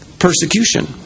persecution